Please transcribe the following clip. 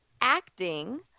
acting